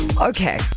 Okay